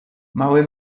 mały